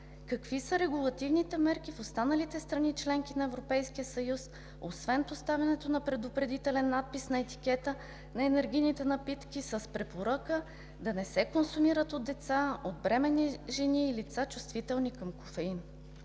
Какви са регулативните мерки в останалите страни – членки на Европейския съюз, освен поставянето на предупредителен надпис на етикета на енергийните напитки с препоръка да не се консумират от деца, от бременни жени и лица, чувствителни към кофеин?